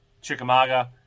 Chickamauga